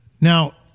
Now